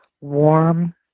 warm